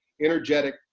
energetic